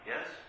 yes